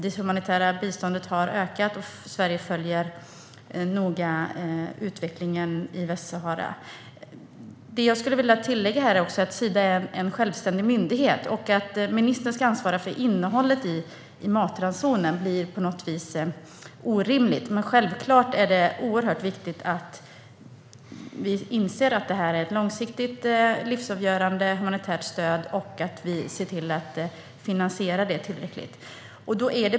Det humanitära biståndet har ökat, och Sverige följer noga utvecklingen i Västsahara. Det jag skulle vilja tillägga är att Sida är en självständig myndighet, och att ministern ska ansvara för innehållet i matransonen blir på något vis orimligt. Men självklart är det oerhört viktigt att vi inser att det här är ett långsiktigt och livsavgörande humanitärt stöd och att vi måste se till att finansiera det tillräckligt.